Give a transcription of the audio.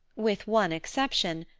with one exception,